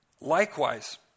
Likewise